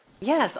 Yes